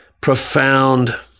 profound